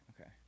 Okay